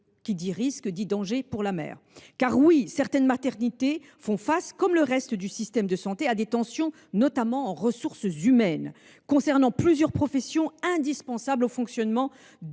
qui dit « risques » dit « danger pour la mère ». Oui, certaines maternités font face, comme le reste du système de santé, à des tensions qui touchent notamment aux ressources humaines. Sont concernées plusieurs professions indispensables au fonctionnement